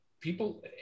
People